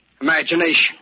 Imagination